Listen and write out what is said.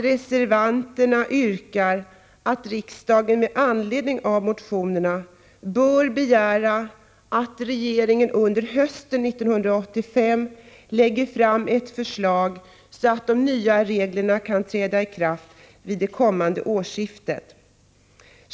Reservanterna yrkar att riksdagen ”med anledning av motionerna” begär att regeringen under hösten 1985 lägger fram ett förslag, så att de nya reglerna kan träda i kraft vid det kommande årsskiftet.